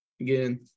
again